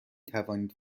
توانید